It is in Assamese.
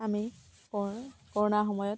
আমি কৰোণাৰ সময়ত